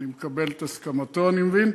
אני מקבל את הסכמתו אני מבין.